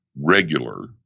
regular